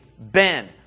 Ben